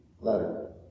letter